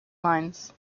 lines